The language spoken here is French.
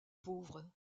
pauvre